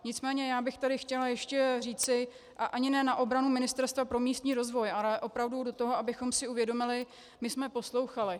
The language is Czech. Nicméně já bych tu chtěla ještě říci, a ani ne na obranu Ministerstva pro místní rozvoj, ale opravdu to, abychom si uvědomili my jsme poslouchali.